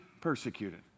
persecuted